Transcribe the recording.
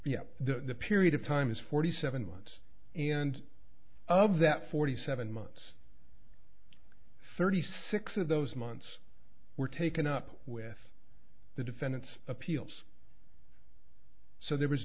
p the period of time is forty seven months and of that forty seven months thirty six of those months were taken up with the defendant's appeals so there was